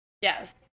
Yes